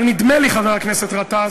אבל נדמה לי, חבר הכנסת גטאס,